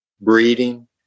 breeding